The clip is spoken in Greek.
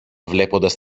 βλέποντας